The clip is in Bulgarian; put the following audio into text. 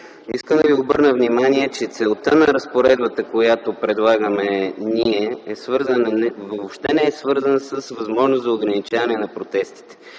искам да ви обърна внимание, че целта на разпоредбата, която предлагаме ние, въобще не е свързана с възможност за ограничение на протестите.